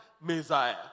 Messiah